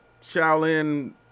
Shaolin